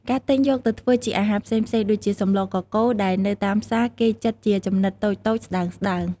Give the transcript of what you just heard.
ការទិញយកទៅធ្វើជាអាហារផ្សេងៗ ដូចជា សម្លកកូរ ដែលនៅតាមផ្សារ គេចិតជាចំណិតតូចៗ ស្តើងៗ។